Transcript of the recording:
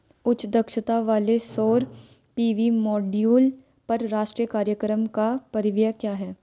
उच्च दक्षता वाले सौर पी.वी मॉड्यूल पर राष्ट्रीय कार्यक्रम का परिव्यय क्या है?